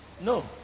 no